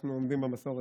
אנחנו עומדים במסורת.